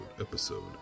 episode